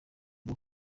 bwo